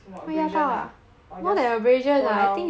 what abrasion ah or just fall down